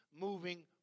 moving